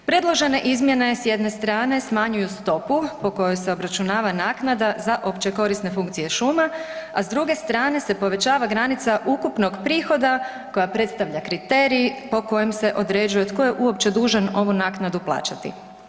Predložene izmjene s jedne strane smanjuju stopu po kojoj se obračunava naknada za općekorisne funkcije šuma, a s druge strane se poveća granica ukupnog prihoda koja predstavlja kriterij po kojem se određuje tko je uopće dužan ovu naknadu plaćati.